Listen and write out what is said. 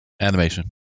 Animation